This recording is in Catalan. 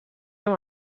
amb